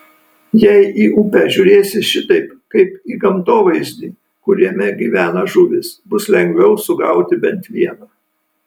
jei į upę žiūrėsi šitaip kaip į gamtovaizdį kuriame gyvena žuvys bus lengviau sugauti bent vieną